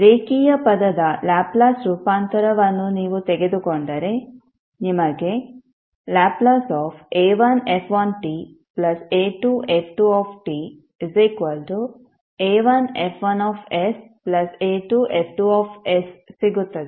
ರೇಖೀಯ ಪದದ ಲ್ಯಾಪ್ಲೇಸ್ ರೂಪಾಂತರವನ್ನು ನೀವು ತೆಗೆದುಕೊಂಡರೆ ನಿಮಗೆ La1f1ta2f2ta1F1sa2F2s ಸಿಗುತ್ತದೆ